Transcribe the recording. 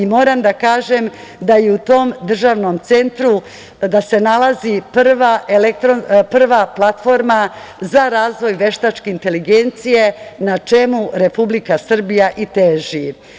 Moram da kažem da je u tom državnom centru, da se nalazi prva platforma za razvoj veštačke inteligencije na čemu Republika Srbija i teži.